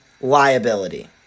liability